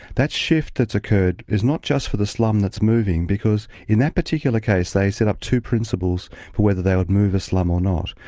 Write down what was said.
that shift that's occurred is not just for the slum that's moving, because in that particular case they set up two principles for whether they would move a slum or not.